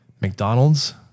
mcdonald's